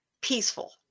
peaceful